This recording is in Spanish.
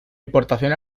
importación